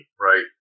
right